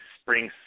Spring